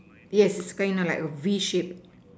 yes kind of like a V shape